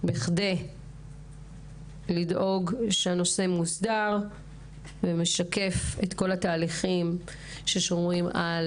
בכדי לדאוג שהנושא מוסדר ומשקף את כל התהליכים ששומרים על